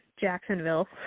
Jacksonville